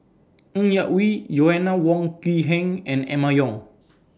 Ng Yak Whee Joanna Wong Quee Heng and Emma Yong